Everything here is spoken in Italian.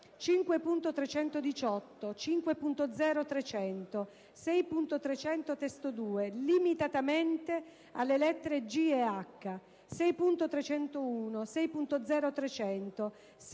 5.318, 5.0.300, 6.300 (testo 2) (limitatamente alle lettere *g)* ed *h*), 6.301, 6.0.300